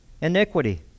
iniquity